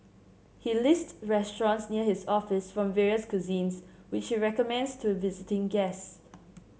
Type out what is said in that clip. he list restaurants near his office from various cuisines which he recommends to visiting guests